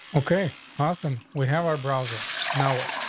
okay, awesome. we have our browser now. what?